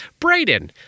Brayden